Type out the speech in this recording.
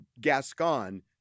Gascon